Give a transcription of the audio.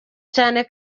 cyane